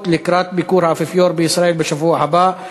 לקראת ביקור האפיפיור בישראל בשבוע הבא,